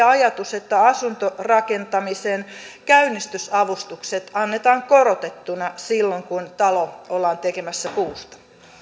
ajatus että asuntorakentamisen käynnistysavustukset annetaan korotettuina silloin kun talo ollaan tekemässä puusta